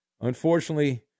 unfortunately